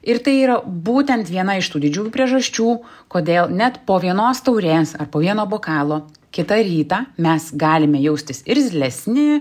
ir tai yra būtent viena iš tų didžiųjų priežasčių kodėl net po vienos taurės ar po vieno bokalo kitą rytą mes galime jaustis irzlesni